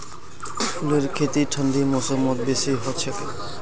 फूलेर खेती ठंडी मौसमत बेसी हछेक